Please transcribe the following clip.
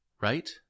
Right